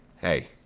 hey